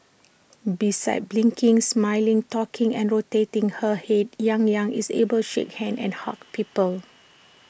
besides blinking smiling talking and rotating her Head yang Yang is able shake hands and hug people